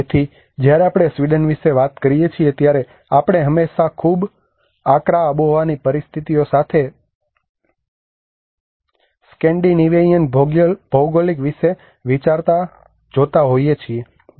તેથી જ્યારે આપણે સ્વીડન વિશે વાત કરીએ છીએ ત્યારે આપણે હંમેશાં ખૂબ આકરા આબોહવાની પરિસ્થિતિઓ સાથે સ્કેન્ડિનેવિયન ભૌગોલિક વિશે વિચારો જોતા હોઈએ છીએ